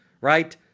right